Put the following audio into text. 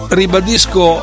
ribadisco